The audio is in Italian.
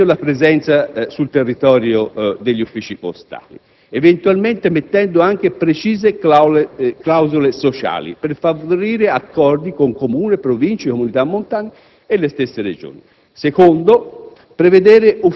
si riveda al meglio la presenza sul territorio degli uffici postali, eventualmente inserendo preciseclausole sociali per favorire accordi con Comuni, Province, Comunità montane e con le stesse Regioni. In secondo